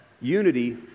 unity